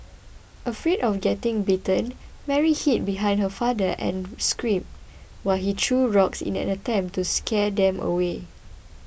afraid of getting bitten Mary hid behind her father and screamed while he threw rocks in an attempt to scare them away